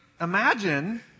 imagine